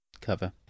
cover